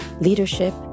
leadership